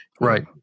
right